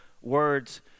words